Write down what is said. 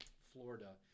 florida